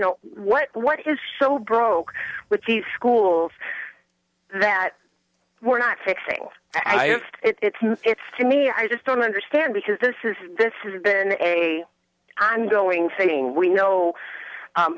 know what what is so broke with these schools that we're not fixing it's not it's to me i just don't understand because this is this has been a ongoing thing we know